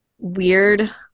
weird